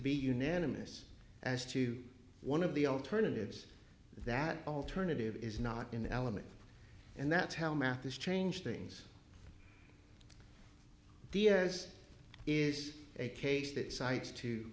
be unanimous as to one of the alternatives that alternative is not an element and that's how mathis changed things diaz is a case that cites to